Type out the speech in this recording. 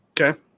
Okay